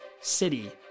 city